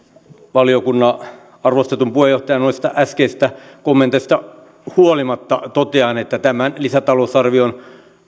valiokunnan arvostetun puheenjohtajan äskeisistä kommenteista huolimatta totean että tämän lisätalousarvion